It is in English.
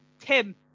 Tim